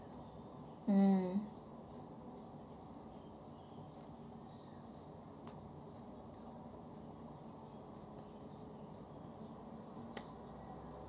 mm